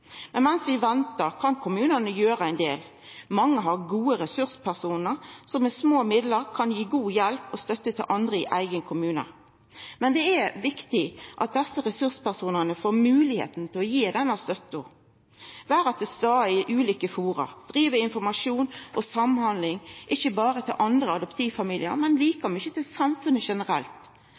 Men mens vi ventar, kan kommunane gjera ein del. Mange har gode ressurspersonar som med små midlar kan gi god hjelp og støtte til andre i eigen kommune. Men det er viktig at desse ressurspersonane får moglegheit til å gi denne støtta, vera til stades i ulike fora og driva informasjon og samhandling, ikkje berre overfor andre adopsjonsfamiliar, men like mykje overfor samfunnet generelt.